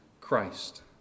Christ